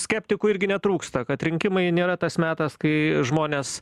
skeptikų irgi netrūksta kad rinkimai nėra tas metas kai žmonės